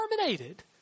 terminated